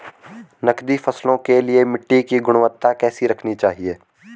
नकदी फसलों के लिए मिट्टी की गुणवत्ता कैसी रखनी चाहिए?